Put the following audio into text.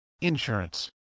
Insurance